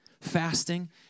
fasting